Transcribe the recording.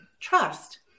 Trust